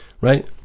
Right